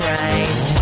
right